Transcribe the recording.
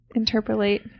Interpolate